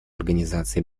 организации